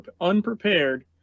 unprepared